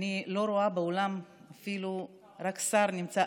אני לא רואה באולם אפילו, רק שר נמצא.